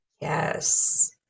yes